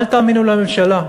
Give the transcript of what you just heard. אל תאמינו לממשלה.